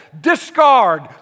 discard